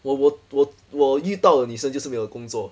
我我我我遇到了女生就是没有工作